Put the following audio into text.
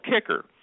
kicker